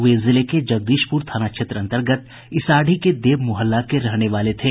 वे जिले के जगदीशपुर थाना क्षेत्र अंतर्गत इसाढ़ी के देव मुहल्ला के रहने वाले थे